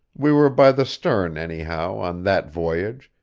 we were by the stern, anyhow, on that voyage,